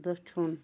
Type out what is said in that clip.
دٔچھُن